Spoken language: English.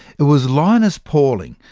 it was linus pauling,